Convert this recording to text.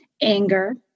anger